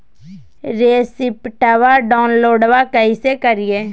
रेसिप्टबा डाउनलोडबा कैसे करिए?